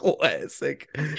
classic